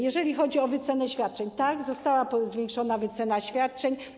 Jeżeli chodzi o wycenę świadczeń, została zwiększona wycena świadczeń.